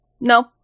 No